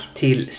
till